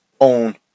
own